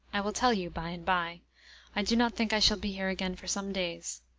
i will tell you by-and-by i do not think i shall be here again for some days.